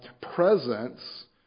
presence